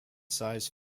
size